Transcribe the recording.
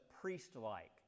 priest-like